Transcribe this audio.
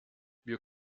wir